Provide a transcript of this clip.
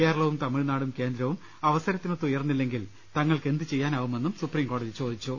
കേരളവും തമിഴ്നാടും കേന്ദ്രവും അവ സരത്തിനൊത്ത് ഉയർന്നില്ലെങ്കിൽ തങ്ങൾക്ക് എന്തു ചെയ്യാനാവുമെന്നും സുപ്രീം കോടതി ചോദിച്ചു